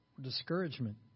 Discouragement